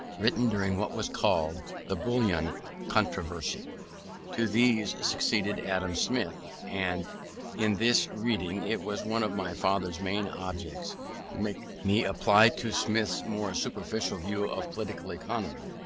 written during what was called the bullion controversy to these succeeded adam smith and in this reading it was one of my father's main objects to make me apply to smith's more superficial view of political economy,